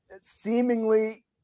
seemingly